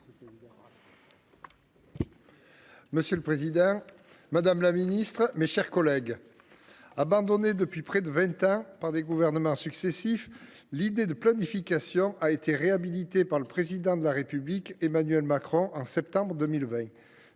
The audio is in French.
Monsieur le président, madame la ministre, mes chers collègues, abandonnée depuis près de vingt ans par les gouvernements successifs, l’idée de planification a été réhabilitée par le Président de la République, Emmanuel Macron, au mois de septembre 2020,